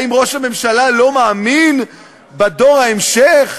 האם ראש הממשלה לא מאמין בדור ההמשך,